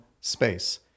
space